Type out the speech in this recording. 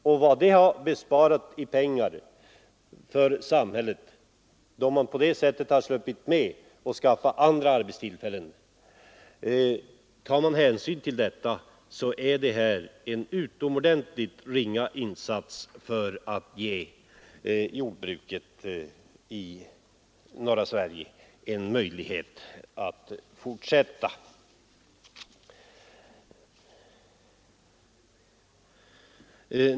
Om man tar hänsyn till att samhället har sluppit vidta andra åtgärder och besparats utgifter för att skaffa fram andra arbetstillfällen, är det här stödet en utomordentligt ringa insats för att ge jordbruket i norra Sverige en möjlighet att fortsätta.